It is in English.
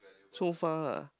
so far